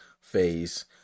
phase